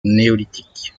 néolithique